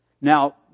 Now